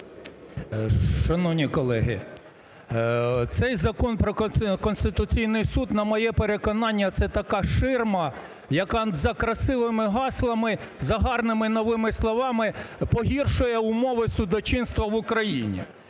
Шановні колеги, цей Закон про Конституційний Суд, на моє переконання, це така "ширма", яка за красивими гаслами, за гарними новими словами погіршує умови судочинства в Україні.